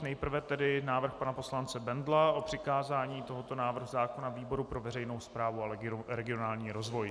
Nejprve tedy návrh pana poslance Bendla o přikázání tohoto návrhu zákona výboru pro veřejnou správu a regionální rozvoj.